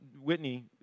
Whitney